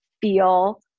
feel